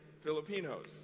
Filipinos